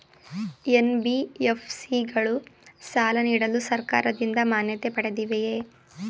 NBFC ಗಳು ಸಾಲ ನೀಡಲು ಸರ್ಕಾರದಿಂದ ಮಾನ್ಯತೆ ಪಡೆದಿವೆಯೇ?